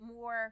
more